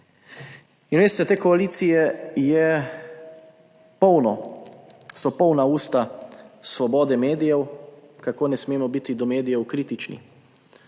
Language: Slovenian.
In veste, te koalicije so polna usta svobode medijev, kako ne smemo biti do medijev kritični.